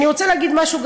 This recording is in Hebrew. אני רוצה להגיד משהו,